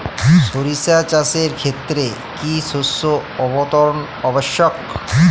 সরিষা চাষের ক্ষেত্রে কি শস্য আবর্তন আবশ্যক?